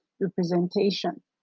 representation